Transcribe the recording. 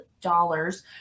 dollars